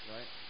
Right